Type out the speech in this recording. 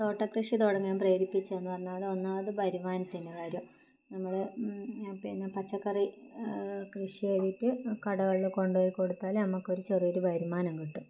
തോട്ടക്കൃഷി തുടങ്ങാൻ പ്രേരിപ്പിച്ചതെന്ന് പറഞ്ഞാൽ ഒന്നാമത് വരുമാനത്തിൻ്റെ കാര്യം നമ്മൾ പിന്നെ പച്ചക്കറി കൃഷി ചെയ്തിട്ട് കടകളിൽ കൊണ്ടുപോയി കൊടുത്താൽ നമ്മൾക്കൊരു ചെറിയൊരു വരുമാനം കിട്ടും